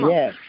Yes